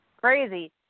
Crazy